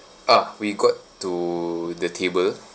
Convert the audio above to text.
ah we got to the table